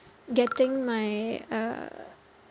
getting my uh